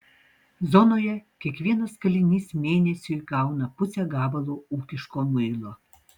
zonoje kiekvienas kalinys mėnesiui gauna pusę gabalo ūkiško muilo